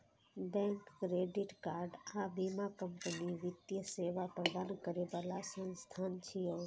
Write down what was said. bank, credit card आ बीमा company वित्तीय सेवा प्रदान करै बला संस्थान छियै